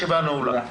הישיבה נעולה.